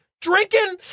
drinking